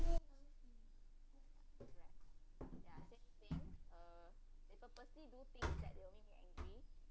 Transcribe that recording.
ya that's things uh they purposely do things that only make you angry